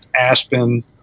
Aspen